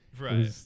Right